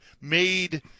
made